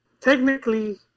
technically